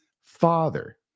father